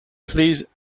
please